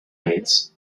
beds